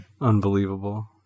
Unbelievable